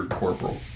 corporal